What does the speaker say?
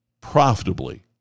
profitably